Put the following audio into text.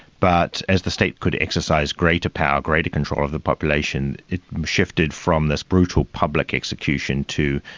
but as the state could exercise greater power, greater control of the population, it shifted from this brutal public execution to,